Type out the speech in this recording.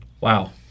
Wow